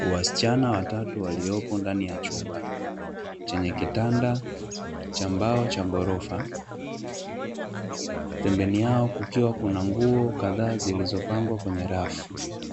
Wasichana watatu waliopo ndani ya chumba chenye kitanda cha mbao cha ghorofa, pembeni yao kukiwa na nguo kadhaa zilizopangwa kwenye rafu,